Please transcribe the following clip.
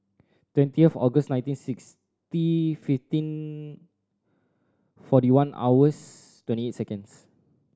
twenty of August nineteen sixty fifteen forty one hours twenty eight seconds